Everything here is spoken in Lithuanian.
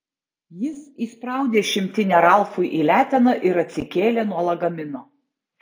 jis įspraudė šimtinę ralfui į leteną ir atsikėlė nuo lagamino